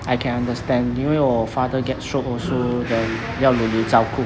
I can understand 因为我 father get stroke also then 要有人照顾